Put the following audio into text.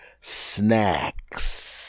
Snacks